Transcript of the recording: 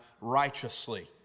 righteously